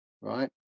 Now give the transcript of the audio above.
right